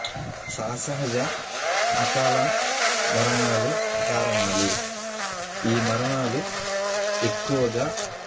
సహ సహజ అకాల మరణాలు కారణాలు ఈ మరణాలు ఎక్కువగా